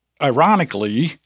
ironically